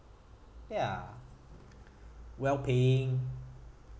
ya well paying